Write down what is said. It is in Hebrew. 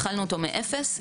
הדבר זה נמצא מאחורי הקלעים.